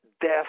death